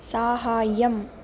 साहाय्यम्